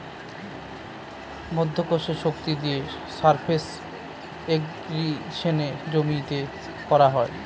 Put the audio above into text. মাধ্যাকর্ষণের শক্তি দিয়ে সারফেস ইর্রিগেশনে জমিতে করা হয়